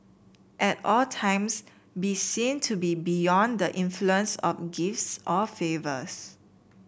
at all times be seen to be beyond the influence of gifts or favours